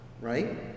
right